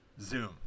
zoom